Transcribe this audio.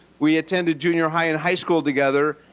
we attended junior high in high school together.